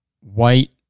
white